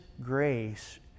grace